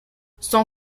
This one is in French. son